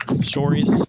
stories